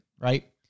right